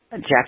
Jack